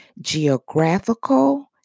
geographical